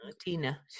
tina